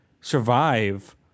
survive